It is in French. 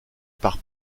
par